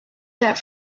that